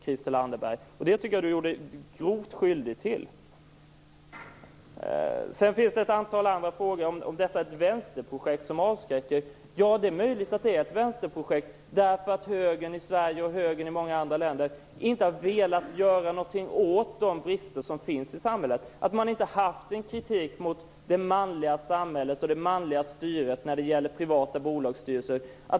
Det tycker jag att Christel Anderberg gjorde sig grovt skyldig till. Sedan ställs det ett antal andra frågor, t.ex. om det är ett vänsterprojekt som avskräcker. Det är möjligt att det är ett vänsterprojekt därför att högern i Sverige och högern i många andra länder inte har velat göra någonting åt de brister som finns i samhället. Man har inte haft någon kritik mot det manliga samhället och det manliga styret när det gäller privata bolagsstyrelser.